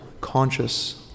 conscious